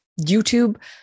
YouTube